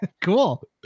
Cool